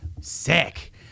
sick